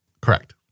Correct